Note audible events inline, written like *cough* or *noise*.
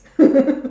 *laughs*